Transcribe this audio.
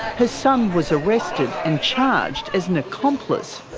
her son was arrested and charged as an accomplice.